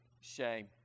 Shame